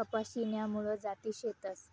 कपाशी न्या मूळ जाती शेतस